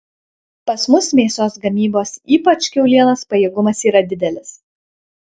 pas mus mėsos gamybos ypač kiaulienos pajėgumas yra didelis